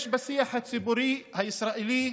יש בשיח הציבורי הישראלי,